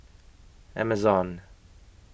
Amazon